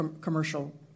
commercial